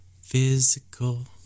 Physical